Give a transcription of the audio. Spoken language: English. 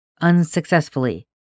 unsuccessfully